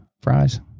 fries